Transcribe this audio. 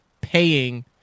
paying